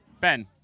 Ben